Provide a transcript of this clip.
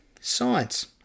Science